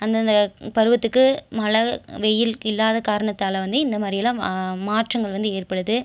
அந்தந்த பருவத்துக்கு மழை வெயில் இல்லாத காரணத்தால் வந்து இந்த மாதிரி எல்லாம் மாற்றங்கள் வந்து ஏற்படுது